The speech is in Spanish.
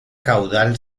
caudal